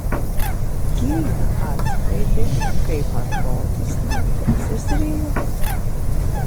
kia atskleidė kaip atrodys naujasis rio